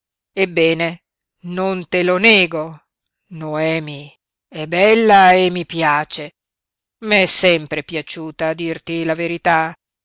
ebbene non te lo nego noemi è bella e mi piace m'è sempre piaciuta a dirti la verità